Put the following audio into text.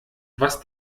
was